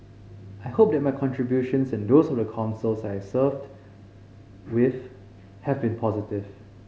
I hope that my contributions and those of the Councils I served with have been positive